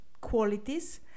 qualities